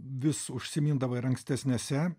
vis užsimindavo ir ankstesnėse